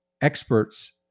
experts